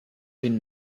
been